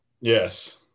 Yes